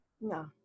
No